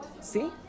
see